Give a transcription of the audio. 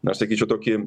na sakyčiau tokį